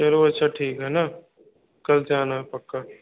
चलो अच्छा ठीक है ना कल जाना पक्का